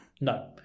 No